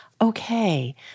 Okay